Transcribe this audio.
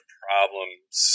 problems